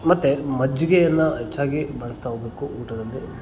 ಮತ್ತು ಮಜ್ಜಿಗೆಯನ್ನು ಹೆಚ್ಚಾಗಿ ಬಳಸ್ತಾ ಹೋಗಬೇಕು ಊಟದಲ್ಲಿ